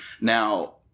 Now